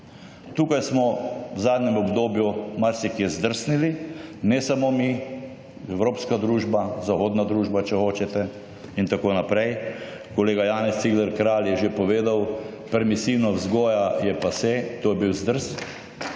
Tukaj smo v zadnjem obdobju marsikje zdrsnili. Ne samo mi. Evropska družba, zahodna družba, če hočete, in tako naprej. Kolega Janez Cigler Kralj je že povedal, permisivna vzgoja je pase, to je bil zdrs.